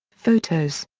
photos.